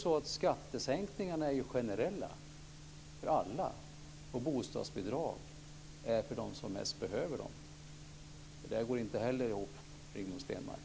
Men skattesänkningar är ju generella för alla, och bostadsbidrag är för dem som mest behöver dem. Det där går inte heller ihop, Rigmor Stenmark.